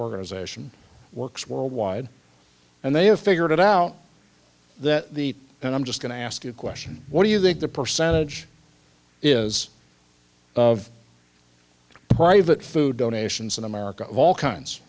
organization works worldwide and they have figured out that the and i'm just going to ask you a question what do you think the percentage is of private food donations in america of all kinds